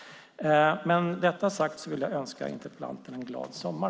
Med detta sagt vill jag önska interpellanten en glad sommar!